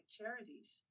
Charities